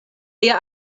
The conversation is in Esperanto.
lia